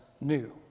new